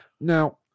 Now